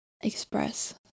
express